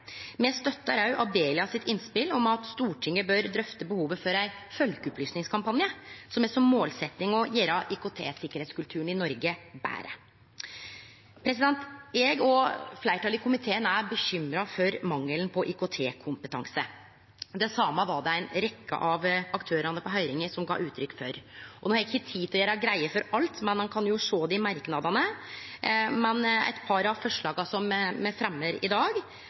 Me støttar òg Abelia sitt innspel om at Stortinget bør drøfte behovet for ein folkeopplysningskampanje som har som målsetting å gjere IKT-tryggleikskulturen i Noreg betre. Eg og fleirtalet i komiteen er bekymra for mangelen på IKT-kompetanse. Det same gav ei rekkje av aktørane i høyringa uttrykk for. Nå har eg ikkje tid til å gjere greie for alt, ein kan jo sjå det i merknadene, men eit par av forslaga som me fremjar i dag,